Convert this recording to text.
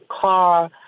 car